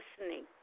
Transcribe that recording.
listening